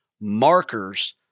markers